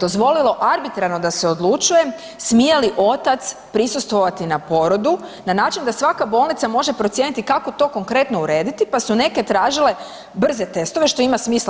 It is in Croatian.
dozvolilo arbitrarno da se odlučuje smije li otac prisustvovati na porodu na način da svaka bolnica može procijeniti kako to konkretno urediti, pa su neke tražile brze testove što ima smisla.